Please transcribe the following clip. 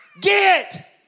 get